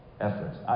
efforts